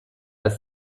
ist